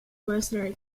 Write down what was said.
mercenary